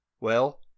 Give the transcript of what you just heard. Well